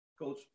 Coach